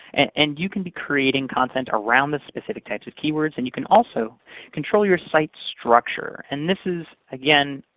and and you can be creating content around the specific types of keywords, and you can also control your site's structure. and this is, again,